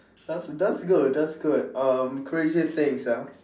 that's that's good that's good um crazy things ah